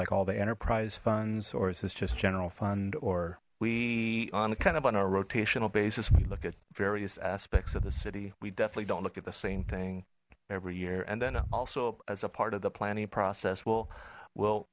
like all the enterprise funds or is this just general fund or we are kind of on our rotational basis we look at various aspects of the city we definitely don't look at the same thing every year and then also as a part of the planning process we'll w